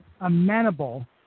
amenable